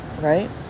Right